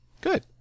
good